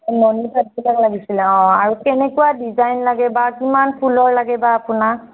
নুনি পাটবিলাক লাগিছিলে অঁ আৰু কেনেকুৱা ডিজাইন লাগে বা কিমান ফুলৰ লাগে বা আপোনাক